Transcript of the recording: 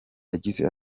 yagize